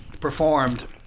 performed